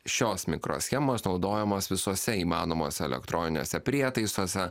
šios mikroschemos naudojamos visose įmanomose elektroniniuose prietaisuose